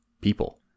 people